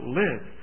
live